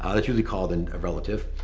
ah that's usually called and a relative.